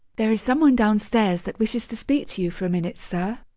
there is some one downstairs that wishes to speak to you for a minute, sir.